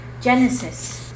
Genesis